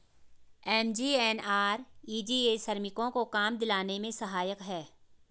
MGNREGA श्रमिकों को काम दिलाने में सहायक है